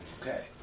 Okay